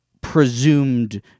presumed